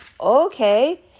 okay